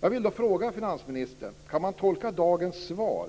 Jag vill fråga finansministern: Kan man tolka dagens svar